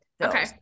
Okay